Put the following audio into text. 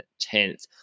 tenth